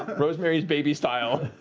rosemary's baby style.